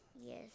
Yes